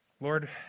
Lord